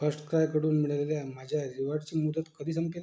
फर्स्टक्रायकडून मिळालेल्या माझ्या रिवॉर्डची मुदत कधी संपेल